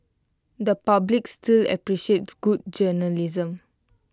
the public still appreciates good journalism